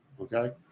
Okay